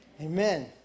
Amen